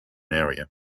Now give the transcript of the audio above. area